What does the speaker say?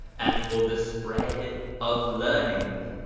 and for the spread of learning.